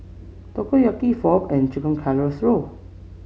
Takoyaki Pho and Chicken Casserole